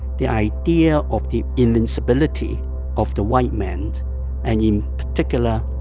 the idea of the invincibility of the white man and, in particular,